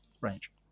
range